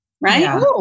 right